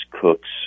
cooks